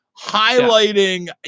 highlighting